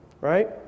right